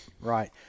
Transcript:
right